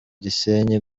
gisenyi